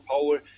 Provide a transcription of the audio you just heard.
power